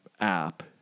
app